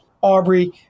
Aubrey